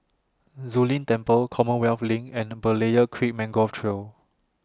Zu Lin Temple Commonwealth LINK and Berlayer Creek Mangrove Trail